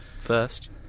first